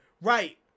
Right